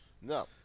No